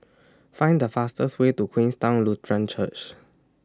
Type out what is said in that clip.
Find The fastest Way to Queenstown Lutheran Church